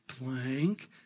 blank